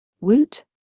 Woot